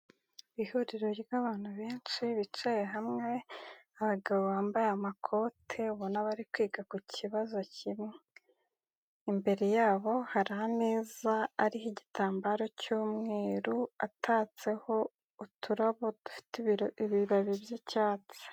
Ihuriro ry'abantu benshi bicaye hamwe, abagabo bambaye amakote ubona bari kwiga ku kibazo kimwe, imbere yabo hari ameza ariho igitambaro cy'umweru atatseho uturabo dufite ibiro ibibabi by'icyatsi.